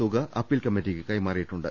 തുക അപ്പീൽ കമ്മിറ്റിക്ക് കൈമാറിയിട്ടുണ്ട്